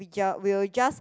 we will just